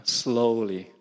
slowly